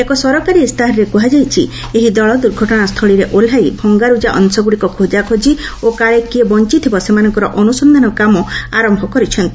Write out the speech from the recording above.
ଏକ ସରକାରୀ ଇସ୍ତାହାରରେ କୁହାଯାଇଛି ଏହି ଦଳ ଦୁର୍ଘଟଣା ସ୍ଥଳୀରେ ଓହ୍ଲାଇ ଭଙ୍ଗାରୁଜା ଅଂଶଗ୍ରଡ଼ିକ ଖୋଜାଖୋଜି ଓ କାଳେ କିଏ ବଞ୍ଚିଥିବ ସେମାନଙ୍କର ଅନ୍ରସନ୍ଧାନ କାମ ଆରମ୍ଭ କରିଛନ୍ତି